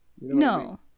No